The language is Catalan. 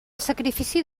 sacrifici